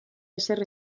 ezer